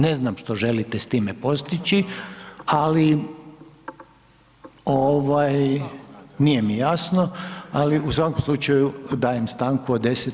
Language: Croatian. Ne znam što želite s time postići, ali ovaj nije mi jasno, ali u svakom slučaju dajem stanku od 10